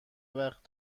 وقت